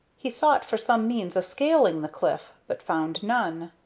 he sought for some means of scaling the cliff, but found none.